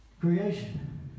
creation